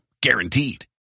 Guaranteed